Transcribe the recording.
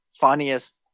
funniest